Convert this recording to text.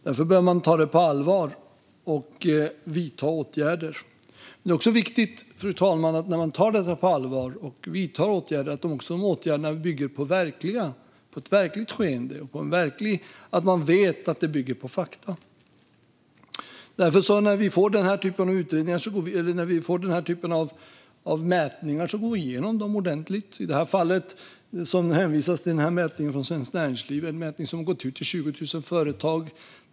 Därför behöver man ta det på allvar och vidta åtgärder. Men det är också viktigt, fru talman, att de åtgärderna bygger på ett verkligt skeende, att man vet att det bygger på fakta. När vi får den här typen av utredningar eller den här typen av mätningar går vi igenom dem ordentligt. I det här fallet hänvisas det till en mätning från Svenskt Näringsliv. Man har vänt sig till 20 000 företag.